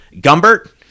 Gumbert